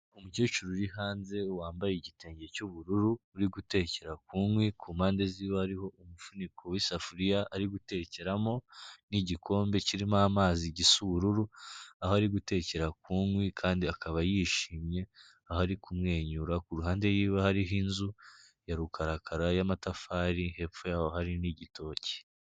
Umukecuru uri hanze wambaye igitenge cy'ubururu uri gutekera ku kwi, ku mpande z'iwe hariho umufuniko w'isafuriya ari gutekeramo n'igikombe kirimo amazi gisa ubururu, aho ari gutekera ku nkwi kandi akaba yishimye, aho ari kumwenyura, ku ruhande y'iwe hariho inzu ya rukarakara y'amatafari hepfo yaho hari n'igitoki.